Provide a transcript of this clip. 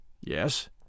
Yes